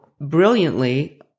brilliantly